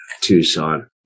Tucson